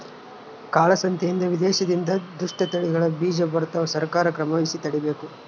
ಕಾಳ ಸಂತೆಯಿಂದ ವಿದೇಶದಿಂದ ದುಷ್ಟ ತಳಿಗಳ ಬೀಜ ಬರ್ತವ ಸರ್ಕಾರ ಕ್ರಮವಹಿಸಿ ತಡೀಬೇಕು